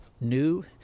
new